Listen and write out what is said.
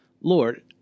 Lord